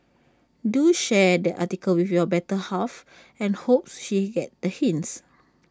do share the article with your better half and hopes she get the hints